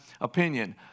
opinion